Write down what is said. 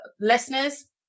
listeners